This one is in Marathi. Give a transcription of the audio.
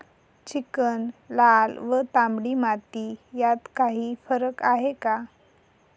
चिकण, लाल व तांबडी माती यात काही फरक आहे का?